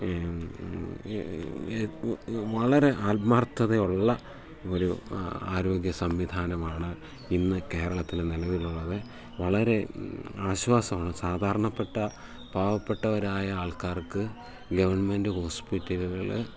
വളരെ അത്മാർത്ഥതയുള്ള ഒരു ആരോഗ്യ സംവിധാനമാണ് ഇന്ന് കേരളത്തിൽ നിലവിലുള്ളത് വളരെ ആശ്വാസമാണ് സാധാരണപ്പെട്ട പാവപ്പെട്ടവരായ ആൾക്കാർക്ക് ഗവൺമെൻറ് ഹോസ്പിറ്റലുകൾ